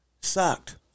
sucked